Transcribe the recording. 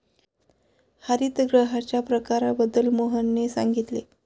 हरितगृहांच्या प्रकारांबद्दल मोहनने सांगितले